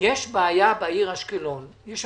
אחוזים במקום 15 אחוזים, שזה